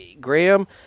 Graham